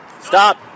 Stop